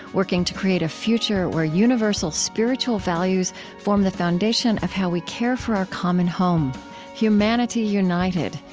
working to create a future where universal spiritual values form the foundation of how we care for our common home humanity united,